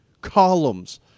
Columns